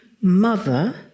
Mother